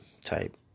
type